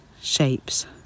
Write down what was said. shapes